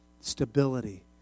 stability